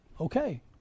Okay